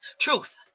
truth